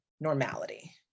normality